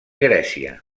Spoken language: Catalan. grècia